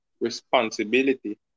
responsibility